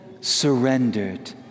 surrendered